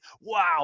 Wow